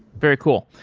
very cool.